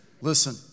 Listen